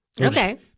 Okay